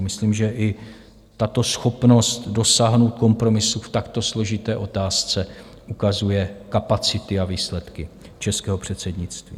Myslím, že i tato schopnost dosáhnout kompromisu v takto složité otázce ukazuje kapacity a výsledky českého předsednictví.